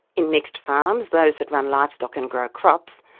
in mixed farms, those that run livestock and grow crops,